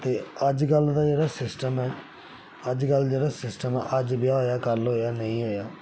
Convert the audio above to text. ते अज्जकल दा जेह्ड़ा सिस्टम ऐ अज्जकल दा जेह्ड़ा सिस्टम ऐ अज्ज ब्याह् होआ कल होआ नेईं होआ